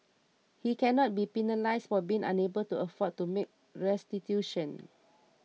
he cannot be penalised for being unable to afford to make restitution